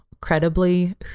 credibly